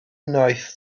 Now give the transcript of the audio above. wnaeth